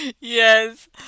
yes